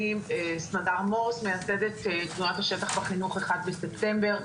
אני מייסדת תנועת השטח בחינוך אחד בספטמבר,